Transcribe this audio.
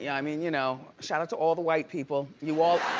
yeah mean, you know. shout-out to all the white people. you all